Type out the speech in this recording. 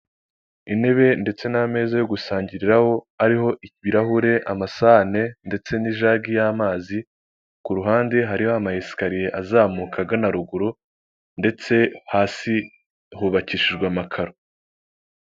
Ni akazu ka emutiyene k'umuhondo, kariho ibyapa byinshi mu bijyanye na serivisi zose za emutiyene, mo imbere harimo umukobwa, ubona ko ari kuganira n'umugabo uje kumwaka serivisi.